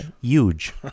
Huge